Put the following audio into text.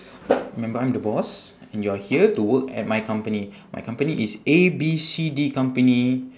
remember I'm the boss and you are here to work at my company my company is A B C D company